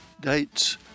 dates